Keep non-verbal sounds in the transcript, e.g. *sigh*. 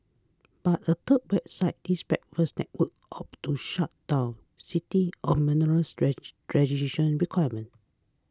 but a third website his Breakfast Network opted to shut down citing onerous *unintelligible* registration requirements